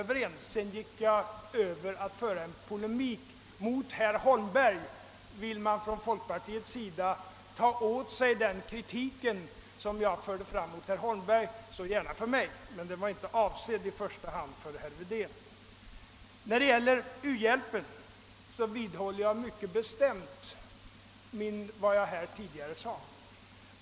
Därefter gick jag över till att föra en polemik mot herr Holmberg. Vill man inom folkpartiet ta åt sig denna kritik, får man gärna göra detta, men den var alltså inte i första hand riktad mot herr Wedén. När det gäller u-hjälpen vidhåller jag mycket bestämt vad jag tidigare sade.